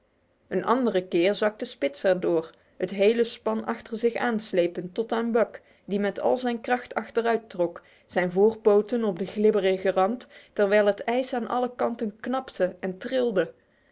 een andere keer zakte spitz er door het hele span achter zich aan slepend tot buck die met al zijn kracht achteruittrok zijn voorpoten op de glibberige rand terwijl het ijs aan alle kanten knapte en trilde